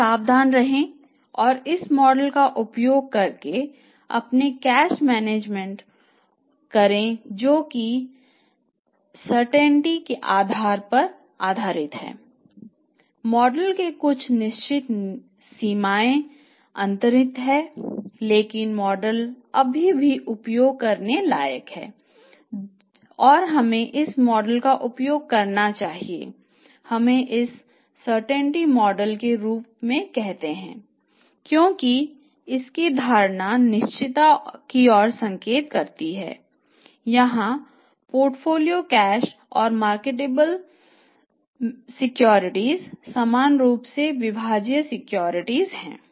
तो सावधान रहें और इस मॉडल का उपयोग करके अपने कैश मैनेजमेंट समान रूप से विभाज्य सिक्योरिटीज है